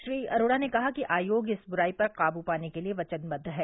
श्री अरोड़ा ने कहा कि आयोग इस दुराई पर काबू पाने के लिए वचनबद्व है